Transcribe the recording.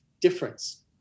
difference